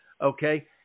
Okay